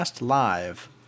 Live